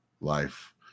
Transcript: life